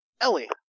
Ellie